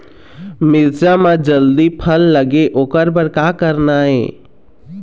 मिरचा म जल्दी फल लगे ओकर बर का करना ये?